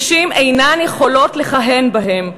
נשים אינן יכולות לכהן בהם.